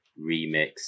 Remix